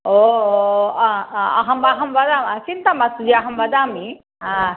ओ ओ अहम् अहं वदा चिन्ता मास्तु जि अहं वदामि हा